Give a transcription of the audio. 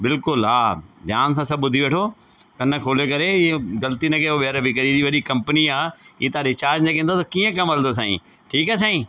बिल्कुलु हां ध्यानु सां सभु ॿुधी वठो कन खोले करे इहो गल्ती न कयो ॿीयर ॿी कॾहिं ऐॾी वॾी कंपनी आहे ई तहां रिचार्ज न कींदो त कीअं कम हलदो साईं ठीकु आहे साईं